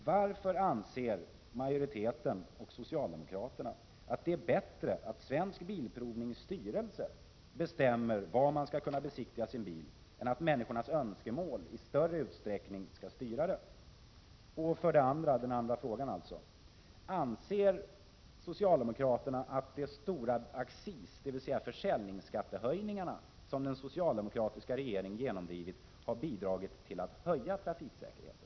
Varför anser majoriteten och socialdemokraterna att det är bättre att Svensk Bilprovnings styrelse bestämmer var man skall kunna besiktiga sin bil 71 än att människornas önskemål i större utsträckning tillgodoses? Min andra fråga är: Anser socialdemokraterna att de stora accishöjningar ringen genomdrivit, har bidragit till att höja trafiksäkerheten?